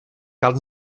cal